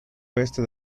oeste